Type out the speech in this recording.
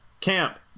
camp